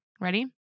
Ready